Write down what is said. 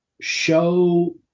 show